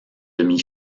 demi